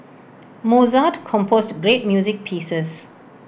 Mozart composed great music pieces